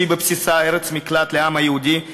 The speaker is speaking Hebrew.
שהיא בבסיסה ארץ מקלט לעם היהודי,